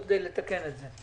לתקן את זה?